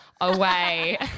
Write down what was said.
away